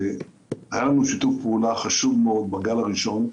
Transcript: היה לנו שיתוף פעולה חשוב מאוד בגל הראשון,